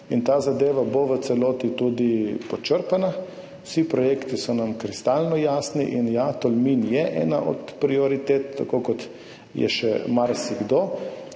in ta zadeva bo v celoti tudi počrpana. Vsi projekti so nam kristalno jasni. In ja, Tolmin je ena od prioritet, tako kot je še marsikdo,